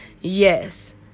Yes